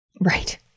Right